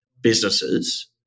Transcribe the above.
businesses